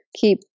keep